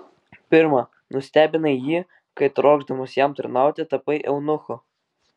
pirma nustebinai jį kai trokšdamas jam tarnauti tapai eunuchu